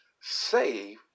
save